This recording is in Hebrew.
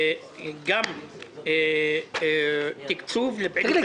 וגם תקצוב לפעילות--- תגיד לי,